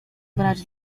brać